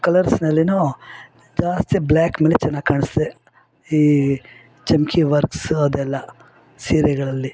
ಕಲರ್ಸ್ನಲ್ಲಿಯೂ ಜಾಸ್ತಿ ಬ್ಲ್ಯಾಕ್ನಲ್ಲಿ ಚೆನ್ನಾಗಿ ಕಾಣಿಸ್ತದೆ ಈ ಚಮ್ಕಿ ವರ್ಕ್ಸ ಅದೆಲ್ಲ ಸೀರೆಗಳಲ್ಲಿ